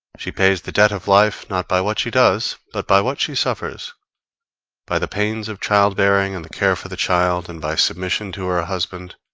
she pays the debt of life not by what she does, but by what she suffers by the pains of child-bearing and care for the child, and by submission to her husband,